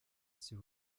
c’est